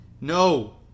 No